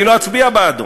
אני לא אצביע בעדו".